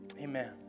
Amen